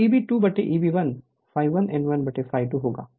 और Eb2Eb1 ∅1 n1∅2 होगा